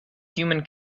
human